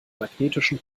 magnetischen